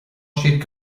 siad